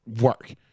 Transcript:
work